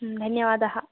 धन्यवादः